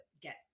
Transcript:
get